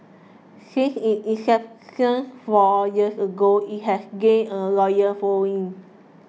since inception four years ago it has gained a loyal following